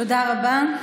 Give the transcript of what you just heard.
תודה רבה.